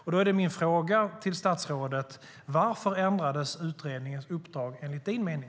Min fråga till statsrådet är: Varför ändrades utredningens uppdrag, enligt din mening?